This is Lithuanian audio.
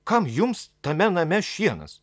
kam jums tame name šienas